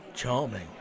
charming